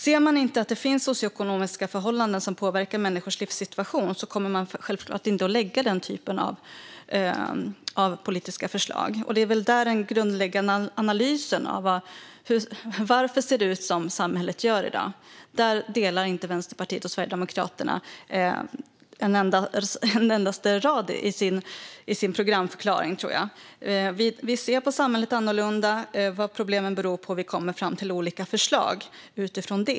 Om man inte ser att socioekonomiska förhållanden påverkar människors livssituation kommer man självklart inte att lägga fram den typen av politiska förslag. Det är väl där den grundläggande analysen finns av varför samhället ser ut som det gör i dag. Där delar inte Vänsterpartiet och Sverigedemokraterna en endaste rad i sina programförklaringar. Vi ser annorlunda på vad problemen i samhället beror på, och vi kommer fram till olika förslag.